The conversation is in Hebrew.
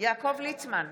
יעקב ליצמן,